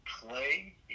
play